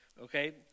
okay